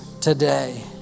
today